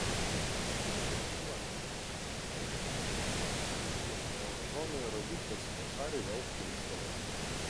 prognozuojama kad šiandien skelbiamas pinigų kiekio euro zonoje rodiklis vasarį vėl kilstelės